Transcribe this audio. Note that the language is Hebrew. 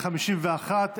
51,